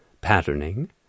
patterning